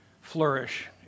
flourish